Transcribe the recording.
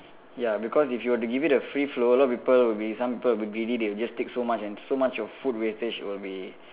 ya because if you were to give it a free flow a lot of people will be some people will be greedy they will just take so much and so much of food wastage will be